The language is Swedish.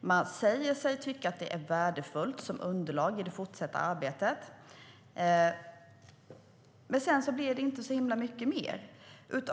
Den säger sig tycka att det är värdefullt som underlag i det fortsatta arbetet. Men sedan blir det inte så himla mycket mer.